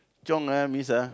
chiong ah means ah